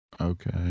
Okay